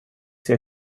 sehr